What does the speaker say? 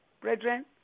Brethren